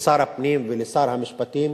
לשר הפנים ולשר המשפטים